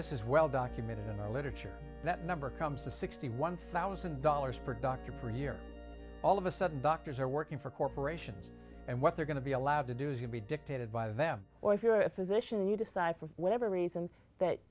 this is well documented in the literature that number comes to sixty one thousand dollars per dr puryear all of a sudden doctors are working for corporations and what they're going to be allowed to do is you'll be dictated by them or if you're a physician and you decide for whatever reason that